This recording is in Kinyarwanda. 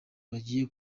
bagiye